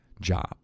job